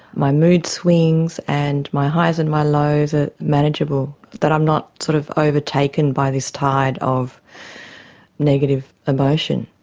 my mood swings and my highs and my lows are manageable, that i'm not sort of overtaken by this tide of negative emotion.